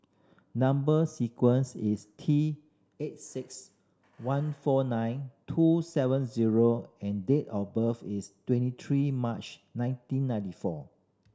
number sequence is T eight six one four nine two seven zero and date of birth is twenty three March nineteen ninety four